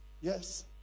Yes